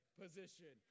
position